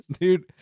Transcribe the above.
Dude